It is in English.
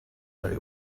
very